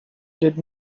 did